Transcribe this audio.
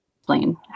explain